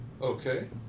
Okay